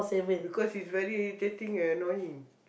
because she's very irritating and annoying